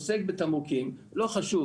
"לא ישווק עוסק בתמרוקים" לא חשוב,